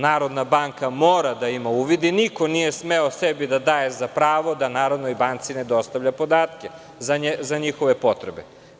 Narodna banka mora da ima uvid i niko nije smeo sebi da daje za pravo da Narodnoj banci ne dostavlja podatke za njihove potrebe.